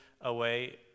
away